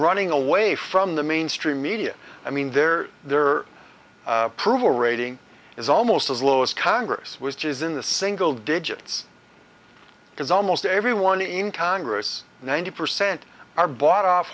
running away from the mainstream media i mean there there are prove a rating is almost as low as congress was just in the single digits because almost everyone in congress ninety percent are bought off